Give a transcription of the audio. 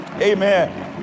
Amen